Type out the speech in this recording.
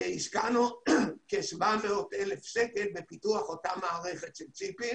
השקענו כ-700,000 שקלים בפיתוח אותה מערכת של צ'יפים